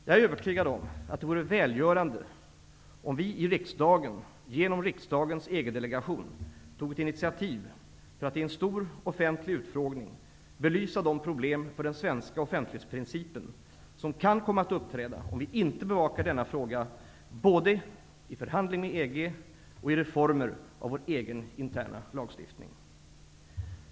Jag är övertygad om att det vore välgörande om vi i riksdagen genom riksdagens EG-delegation tog ett initiativ för att, i en stor offentlig utfrågning, belysa de problem för den svenska offentlighetsprincipen som kan komma att uppträda, om vi inte bevakar denna fråga både i förhandling med EG och i reformer av vår egen interna lagstiftning.